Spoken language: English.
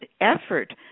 effort